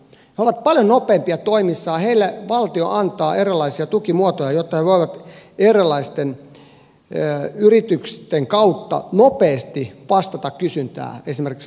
he ovat paljon nopeampia toimissaan heille valtio antaa erilaisia tukimuotoja jotta he voivat erilaisten yritysten kautta nopeasti vastata kysyntään esimerkiksi aasian markkinoilla